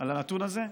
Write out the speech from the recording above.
על הנתון הזה?